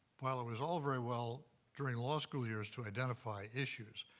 while it was all very well during law school years to identify issues,